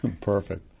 Perfect